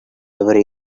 every